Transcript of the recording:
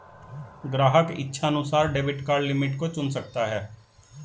ग्राहक इच्छानुसार debit card limit को चुन सकता है